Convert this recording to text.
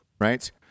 Right